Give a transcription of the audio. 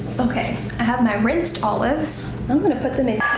okay, i have my rinsed olives. i'm gonna put them in